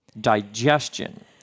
digestion